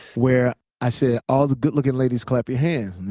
where i said all the good looking ladies, clap your hands.